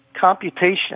computation